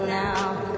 now